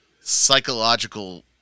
psychological